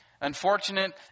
unfortunate